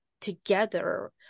together